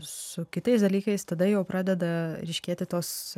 su kitais dalykais tada jau pradeda ryškėti tos